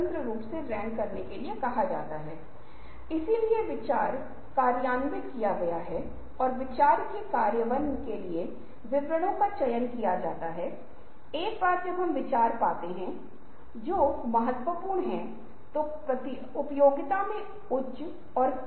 आइए हम कहते हैं कि जब आप किसी समस्या का सामना करते हैं या आप किसी समस्या के साथ आते हैं तो शुरू करने के लिए आप सभी तथ्यों आंकड़ों सूचना की जरूरतों और अंतराल को कवर करके शुरू करते हैं सभी तर्कों को छोड़ देते है जो आप नहीं देख रहे हैं कि क्या होगा जो अच्छा होगा उस तरह का कुछ भी जो बुरा है आप सिर्फ तथ्यों को देख रहे हैं